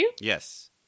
Yes